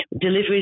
deliveries